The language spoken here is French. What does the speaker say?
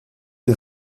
des